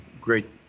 great